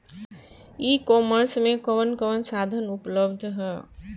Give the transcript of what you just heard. ई कॉमर्स में कवन कवन साधन उपलब्ध ह?